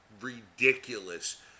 ridiculous